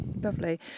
lovely